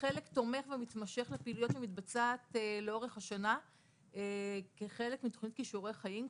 כחלק תומך ומתמשך לפעילות שמתבצעת לאורך השנה כחלק מתוכנית כישורי חיים.